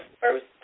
first